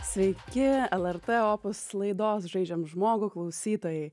sveiki lrt opus laidos žaidžiam žmogų klausytojai